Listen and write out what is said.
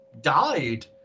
died